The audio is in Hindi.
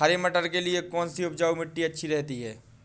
हरे मटर के लिए कौन सी उपजाऊ मिट्टी अच्छी रहती है?